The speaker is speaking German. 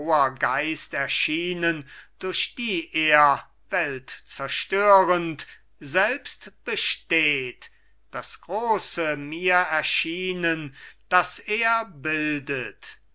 geist erschienen durch die er weltzerstörend selbst besteht das große mir erschienen das er bildet